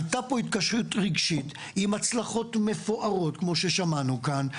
הייתה כאן התקשרות רגשית עם הצלחות מפוארות כמו ששמענו כאן,